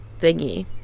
thingy